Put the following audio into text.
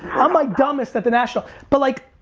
i'm my dumbest at the national. but like,